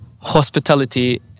hospitality